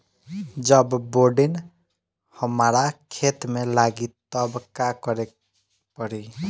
जब बोडिन हमारा खेत मे लागी तब का करे परी?